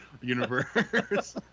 universe